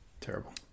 Terrible